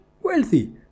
wealthy